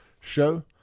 show